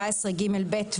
17ג(ב),